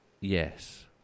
Yes